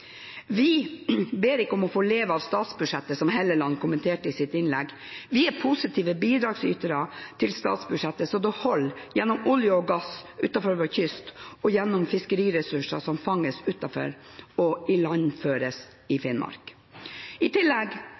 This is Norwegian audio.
Vi ber ikke om å få leve av statsbudsjettet, som Helleland kommenterte i sitt innlegg. Vi er positive bidragsytere til statsbudsjettet så det holder – gjennom olje og gass utenfor vår kyst og gjennom fiskeressurser som fanges utenfor og ilandføres i Finnmark. I tillegg